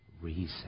reason